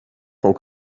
sont